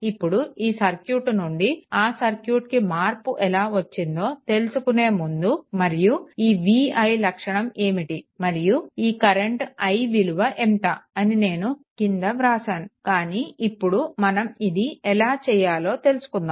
ఇప్పుడు ఈ సర్క్యూట్ నుండి ఆ సర్క్యూట్కి మార్పు ఎలా వచ్చిందో తెలుసుకునే ముందు మరియు ఈ v i లక్షణం ఏమిటి మరియు ఈ కరెంట్ i విలువ ఎంత అని నేను క్రింద వ్రాశాను కానీ ఇప్పుడు మనం ఇది ఎలా చేయాలో తెలుసుకుందాము